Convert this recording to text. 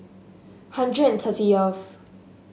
hundred and thirty of